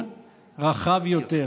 זה הכול.